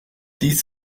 dies